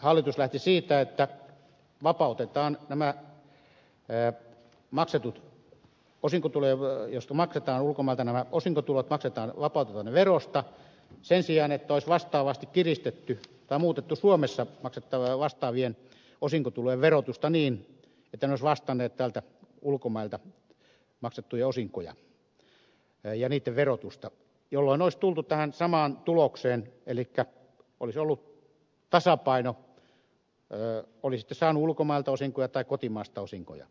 hallitus lähti siitä että vapautetaan emme koe maksaa osinkotuloja veroja ulkomailta maksetut osinkotulot verosta sen sijaan että olisi vastaavasti kiristetty tai muutettu suomessa maksettavien vastaavien osinkotulojen verotusta niin että ne olisivat vastanneet ulkomailta maksettuja osinkoja ja niitten verotusta jolloin olisi tultu tähän samaan tulokseen elikkä olisi ollut tasapaino oli sitten saanut ulkomailta osinkoja tai kotimaasta osinkoja